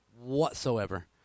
Whatsoever